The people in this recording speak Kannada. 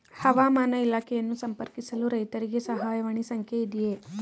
ಹವಾಮಾನ ಇಲಾಖೆಯನ್ನು ಸಂಪರ್ಕಿಸಲು ರೈತರಿಗೆ ಸಹಾಯವಾಣಿ ಸಂಖ್ಯೆ ಇದೆಯೇ?